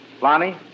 Lonnie